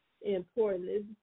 important